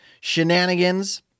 Shenanigans